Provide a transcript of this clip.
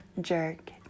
jerk